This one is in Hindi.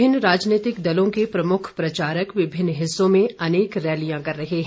विभिन्न राजनीतिक दलों के प्रमुख प्रचारक विभिन्न हिस्सों में अनेक रैलियां कर रहे हैं